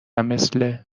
مثل